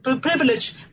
privilege